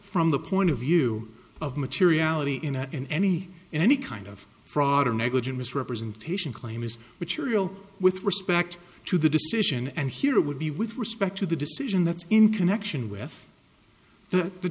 from the point of view of materiality in a in any in any kind of fraud or negligent misrepresentation claim is which are real with respect to the decision and here it would be with respect to the decision that's in connection with the